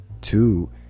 two